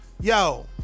Yo